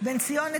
בן ציון נתניהו,